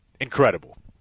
Incredible